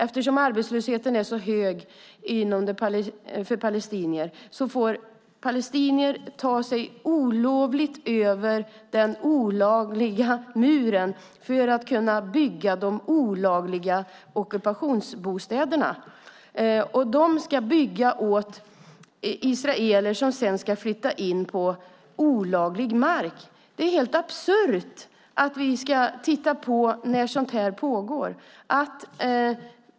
Eftersom arbetslösheten är så hög för palestinier får palestinier olovligen ta sig över den olagliga muren för att kunna bygga de olagliga ockupationsbostäderna. De ska bygga åt israeler som sedan ska flytta in på olaglig mark. Det är helt absurt att vi ska titta på när sådant här pågår.